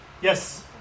Yes